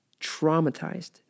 traumatized